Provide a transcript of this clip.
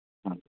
हां